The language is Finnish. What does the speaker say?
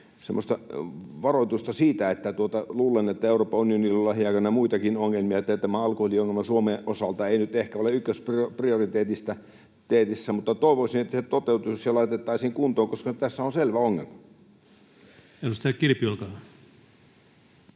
myös varoitusta siitä, että luulen, että Euroopan unionilla on lähiaikoina muitakin ongelmia, niin että tämä alkoholiongelma Suomen osalta ei nyt ehkä ole ykkösprioriteetissa. Mutta toivoisin, että se toteutuisi ja se laitettaisiin kuntoon, koska nyt tässä on selvä ongelma. [Speech 218] Speaker: